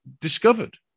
discovered